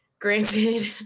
granted